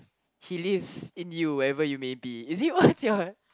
he lives in you ever you may be is it what's what's your